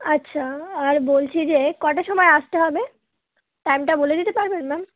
আচ্ছা আর বলছি যে কটার সময় আসতে হবে টাইমটা বলে দিতে পারবেন ম্যাম